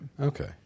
okay